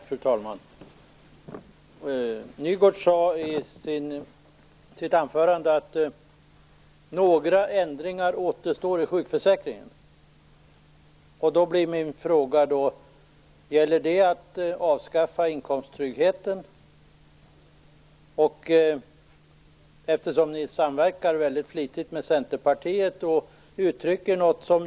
Fru talman! Sven-Åke Nygårds sade i sitt huvudanförande att några ändringar återstår i sjukförsäkringen. Gäller det då avskaffandet av inkomsttryggheten? Ni samverkar ju väldigt flitigt med Centerpartiet.